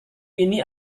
ini